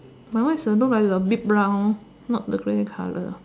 my one is the look like the big brown not the grey color